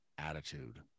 Attitude